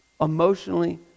Emotionally